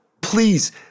Please